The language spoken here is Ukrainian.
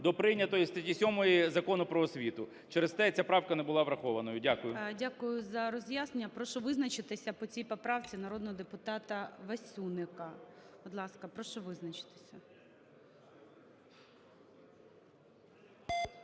до прийнятої статті 7 Закону "Про освіту". Через те ця правка не була врахованою. Дякую. ГОЛОВУЮЧИЙ. Дякую за роз'яснення. Прошу визначитися по цій поправці, народного депутата Васюника. Будь ласка, прошу визначитися.